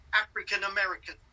African-American